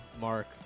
Mark